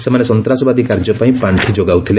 ସେମାନେ ସନ୍ତାସବାଦୀ କାର୍ଯ୍ୟ ପାଇଁ ପାଣ୍ଠି ଯୋଗାଉଥିଲେ